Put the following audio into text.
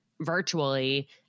virtually